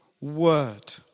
word